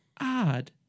odd